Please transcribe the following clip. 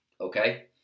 Okay